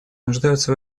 нуждаются